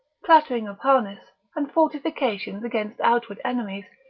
clattering of harness, and fortifications against outward enemies,